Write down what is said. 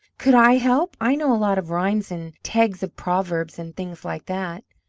could i help? i know a lot of rhymes and tags of proverbs and things like that.